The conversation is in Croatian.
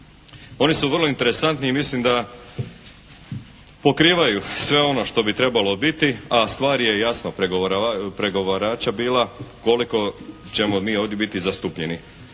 oni su vrlo interesantni i mislim da pokrivaju sve ono što bi trebalo biti a stvar je jasno pregovarača bila koliko ćemo mi ovdje biti zastupljeni.